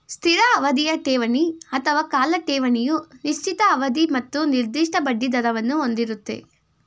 ಸ್ಥಿರ ಅವಧಿಯ ಠೇವಣಿ ಅಥವಾ ಕಾಲ ಠೇವಣಿಯು ನಿಶ್ಚಿತ ಅವಧಿ ಮತ್ತು ನಿರ್ದಿಷ್ಟ ಬಡ್ಡಿದರವನ್ನು ಹೊಂದಿರುತ್ತೆ